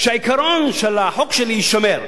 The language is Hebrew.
כשהעיקרון של החוק שלי יישמר,